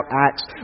Acts